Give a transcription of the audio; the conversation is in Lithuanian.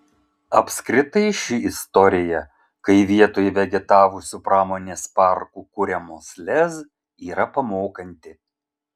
apskritai ši istorija kai vietoj vegetavusių pramonės parkų kuriamos lez yra pamokanti